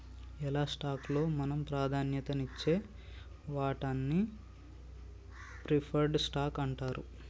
ఎలా స్టాక్ లో మనం ప్రాధాన్యత నిచ్చే వాటాన్ని ప్రిఫర్డ్ స్టాక్ అంటారట